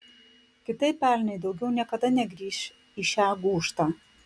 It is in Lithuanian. kitaip elniai daugiau niekada negrįš į šią gūžtą